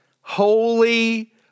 holy